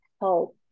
help